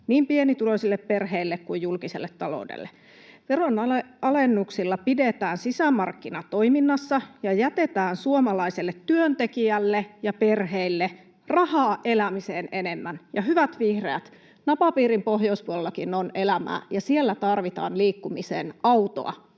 niin pienituloisille perheille kuin julkiselle taloudelle. Veronalennuksilla pidetään sisämarkkina toiminnassa ja jätetään suomalaiselle työntekijälle ja perheille rahaa elämiseen enemmän. Ja hyvät vihreät, napapiirin pohjoispuolellakin on elämää, ja siellä tarvitaan liikkumiseen autoa.